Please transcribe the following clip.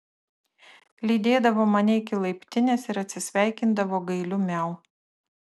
lydėdavo mane iki laiptinės ir atsisveikindavo gailiu miau